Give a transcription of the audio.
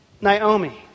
Naomi